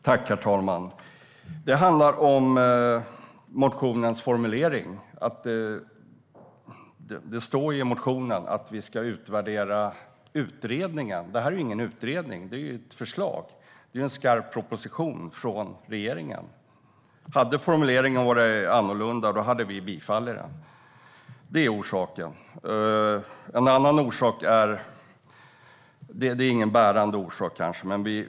Herr talman! Det handlar om motionens formulering. Det står i motionen att vi ska utvärdera utredningen. Det är inte någon utredning. Det är ett förslag, en skarp proposition från regeringen. Hade formuleringen varit annorlunda så hade vi bifallit den. Det är orsaken. Det finns en annan orsak, som kanske inte är en bärande orsak.